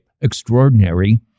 extraordinary